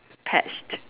patch